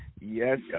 yes